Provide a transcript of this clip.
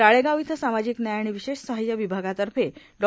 राळेगाव इथं सामाजिक न्याय आणि विशेष साहाय्य विभागातर्फे डॉ